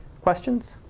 Questions